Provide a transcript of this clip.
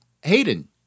Hayden